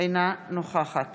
אינה נוכחת